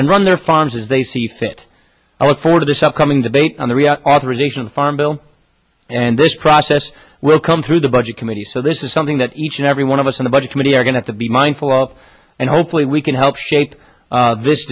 and run their farms as they see fit i work for this upcoming debate on the reauthorization farm bill and this process will come through the budget committee so this is something that each and every one of us in the budget committee are going to be mindful of and hopefully we can help shape this